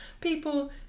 people